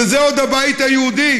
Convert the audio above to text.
וזה עוד הבית היהודי,